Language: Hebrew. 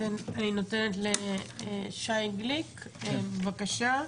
אני נותנת לשי גליק, בבקשה.